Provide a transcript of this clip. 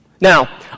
Now